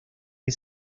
que